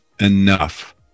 enough